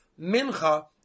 Mincha